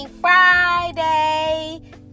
Friday